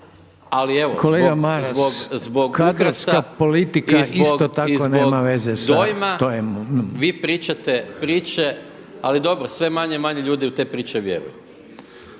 govore u isto vrijeme./ … vi pričate priče, ali dobro sve manje i manje ljudi u te priče vjeruju.